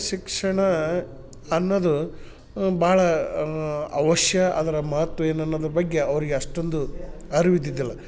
ಶಿಕ್ಷಣ ಅನ್ನೋದು ಭಾಳ ಅವಶ್ಯ ಅದರ ಮಹತ್ವ ಏನನ್ನೋದ್ರ ಬಗ್ಗೆ ಅವರಿಗೆ ಅಷ್ಟೊಂದು ಅರಿವಿದ್ದಿದ್ದಿಲ್ಲ